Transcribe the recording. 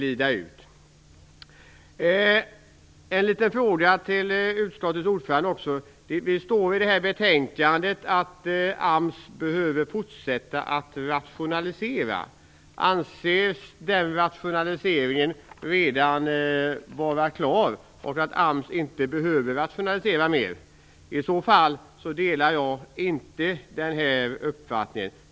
Jag har också en liten fråga till utskottets ordförande. Det står i betänkandet att AMS behöver fortsätta att rationalisera. Anser Johnny Ahlqvist att den rationaliseringen redan är klar och att AMS inte behöver rationalisera mer? I så fall delar jag inte den uppfattningen.